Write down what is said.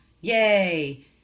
Yay